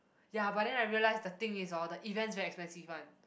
ya but then I realise the thing is hor the event is very expensive one